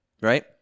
right